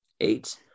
eight